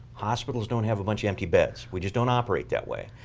hospitals don't have a bunch of empty beds. we just don't operate that way.